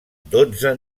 dotze